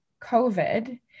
COVID